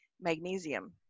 magnesium